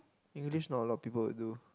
English not a lot of people would do